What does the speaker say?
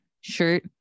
shirt